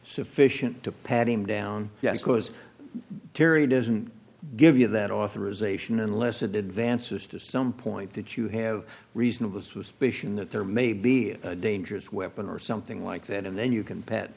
sufficient to pat him down yes because terry doesn't give you that authorization unless advances to some point that you have reasonable suspicion that there may be a dangerous weapon or something like that and then you can p